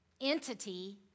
entity